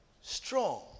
strong